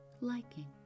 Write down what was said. liking